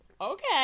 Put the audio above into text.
Okay